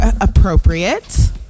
appropriate